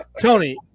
Tony